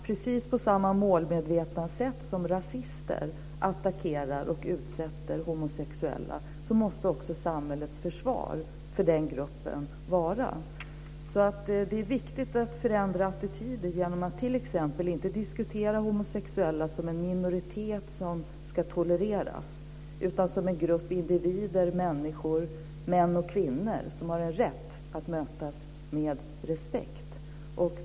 Precis på samma målmedvetna sätt som rasister och andra attackerar och utsätter bl.a. homosexuella måste också samhällets försvar för den gruppen vara målmedvetet. Det är viktigt att förändra attityder genom att t.ex. inte diskutera homosexuella som en minoritet som ska toleraras utan som en grupp individer, människor, män och kvinnor, som har en rätt att mötas med respekt.